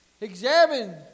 Examine